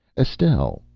estelle,